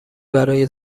برای